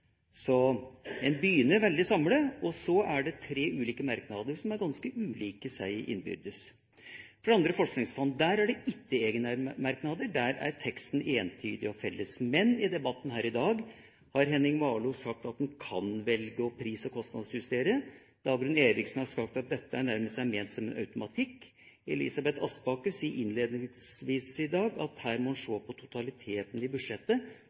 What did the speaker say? så er det tre merknader som innbyrdes er ganske ulike. For det andre – forskningsfond: Der er det ikke egne merknader. Der er teksten entydig og felles. Men i debatten her i dag har Henning Warloe sagt at en kan velge å pris- og kostnadsjustere. Dagrun Eriksen har sagt at dette er nærmest ment som automatikk. Elisabeth Aspaker sier innledningsvis i dag at her må en se på totaliteten i budsjettet,